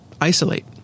isolate